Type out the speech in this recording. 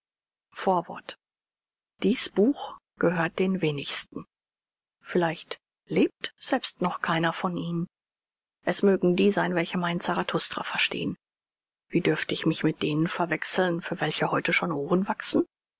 vorwort dies buch gehört den wenigsten vielleicht lebt selbst noch keiner von ihnen es mögen die sein welche meinen zarathustra verstehn wie dürfte ich mich mit denen verwechseln für welche heute schon ohren wachsen